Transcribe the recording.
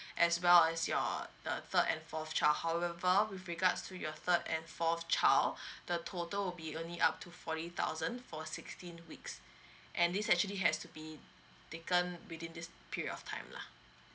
as well as your err third and fourth child however with regards to your third and fourth child the total will be only up to forty thousand for sixteen weeks and this actually has to be taken within this period of time lah